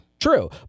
True